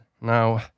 now